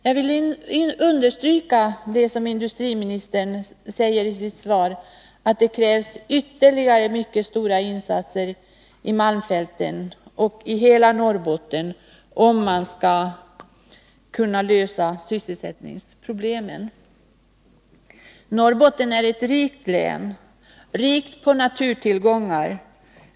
Jag vill understryka det som industriministern säger i sitt svar, att det krävs ytterligare mycket stora insatser i malmfälten och i hela Norrbotten om man skall kunna lösa sysselsättningsproblemen. Norrbotten är ett rikt län, rikt på naturtillgångar.